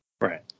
Right